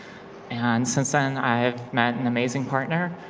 and since then i've met an amazing partner.